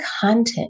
content